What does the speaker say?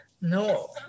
no